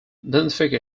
benfica